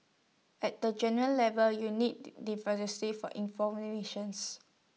at the general level you need for